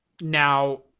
now